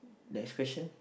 next question